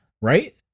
right